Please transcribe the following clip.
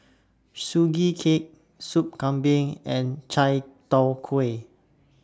Sugee Cake Sup Kambing and Chai Tow Kuay